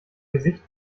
gesicht